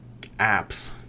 apps